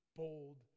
bold